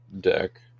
deck